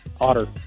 Otter